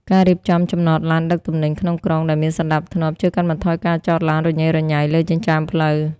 ការរៀបចំ "ចំណតឡានដឹកទំនិញក្នុងក្រុង" ដែលមានសណ្ដាប់ធ្នាប់ ជួយកាត់បន្ថយការចតឡានរញ៉េរញ៉ៃលើចិញ្ចើមផ្លូវ។